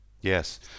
yes